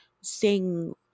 sing